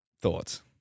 thoughts